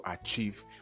achieve